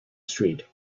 street